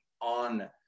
on